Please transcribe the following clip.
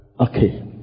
Okay